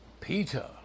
Peter